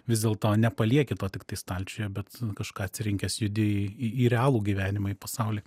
vis dėlto nepalieki to tiktai stalčiuje bet kažką atrinkęs judi į į realų gyvenimą į pasaulį